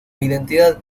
identidad